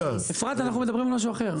אפרת, אנחנו מדברים על משהו אחר.